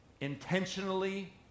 intentionally